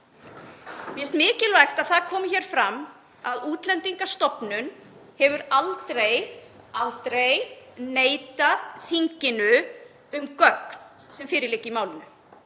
Mér finnst mikilvægt að það komi hér fram að Útlendingastofnun hefur aldrei neitað þinginu um gögn sem fyrir liggja í málum.